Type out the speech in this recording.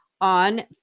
on